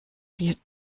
die